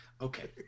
Okay